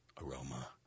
Aroma